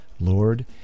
Lord